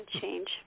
change